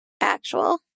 Actual